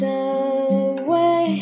away